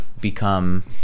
become